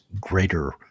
greater